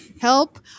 help